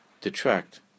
detract